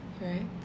Right